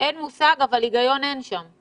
--- אין מושג אבל היגיון אין שם.